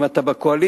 אם אתה בקואליציה,